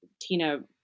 Tina